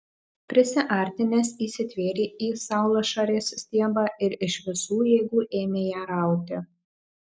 prisiartinęs įsitvėrė į saulašarės stiebą ir iš visų jėgų ėmė ją rauti